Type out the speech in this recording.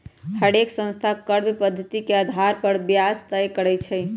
हरेक संस्था कर्व पधति के अधार पर ब्याज तए करई छई